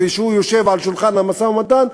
שיושב לשולחן המשא-ומתן,